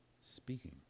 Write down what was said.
speaking